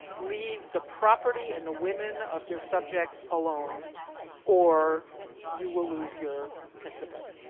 leave the property and the women of your subjects alone or you will lose your principate.